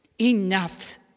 Enough